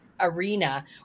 arena